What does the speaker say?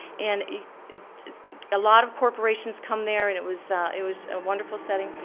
and a a lot of corporations come there and it was it was a wonderful setting,